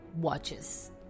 watches